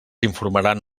informaran